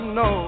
no